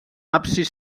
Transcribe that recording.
absis